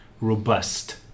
robust